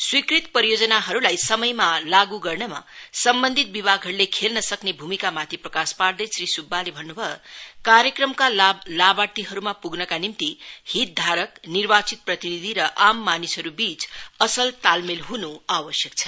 स्वीकृत परियोजनाहरूलाई समयमा लागु गर्नमा सम्बन्धित विभागहरूले खेल्न सक्ने भूमिकामाथि प्रकाश पार्दै श्री सुब्बाले भन्न भयो कार्यक्रमका लाभ लाभार्थीहरूमा पुग्नका निम्ति हितधारक निर्वाचित प्रतिनिधि र आम मानिसहरूबीच असल तालमेल हुनु आवश्यक छ